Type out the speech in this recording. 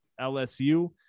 LSU